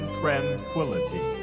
tranquility